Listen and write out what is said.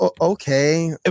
Okay